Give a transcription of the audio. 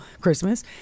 Christmas